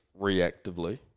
reactively